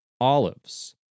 Olives